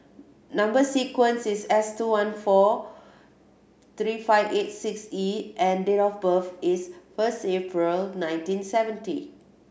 number sequence is S two one four three five eight six E and date of birth is first April nineteen seventy